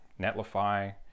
Netlify